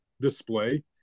display